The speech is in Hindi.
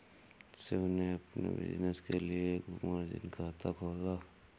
शिव ने अपने बिज़नेस के लिए एक मार्जिन खाता खोला